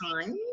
time